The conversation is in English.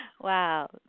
Wow